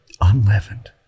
Unleavened